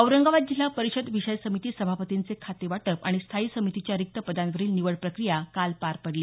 औरंगाबाद जिल्हा परिषद विषय समिती सभापतींचे खातेवाटप आणि स्थायी समितीच्या रिक्त पदांवरील निवड प्रक्रिया काल पार पडली